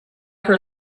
her